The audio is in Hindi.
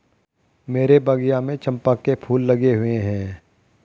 मेरे बगिया में चंपा के फूल लगे हुए हैं